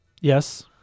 Yes